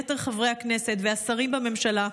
יתר חברי הכנסת והשרים בממשלה,